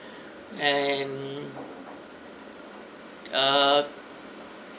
and err